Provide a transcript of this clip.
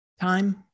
Time